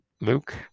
Luke